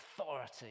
authority